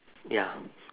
ya